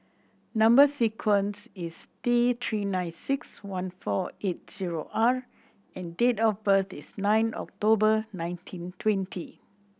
number sequence is T Three nine six one four eight zero R and date of birth is nine October nineteen twenty